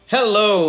Hello